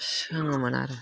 सोङोमोन आरो